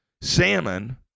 salmon